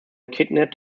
kidnapped